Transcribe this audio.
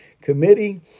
committee